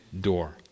door